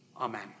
Amen